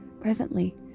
Presently